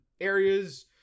areas